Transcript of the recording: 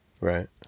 Right